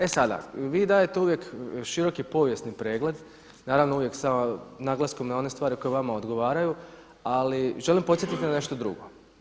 E sada, vi dajete uvijek široki povijesni pregled naravno uvijek sa naglaskom na one stvari koje vama odgovaraju, ali želim podsjetiti na nešto drugo.